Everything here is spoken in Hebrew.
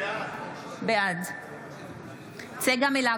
בעד צגה מלקו,